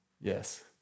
Yes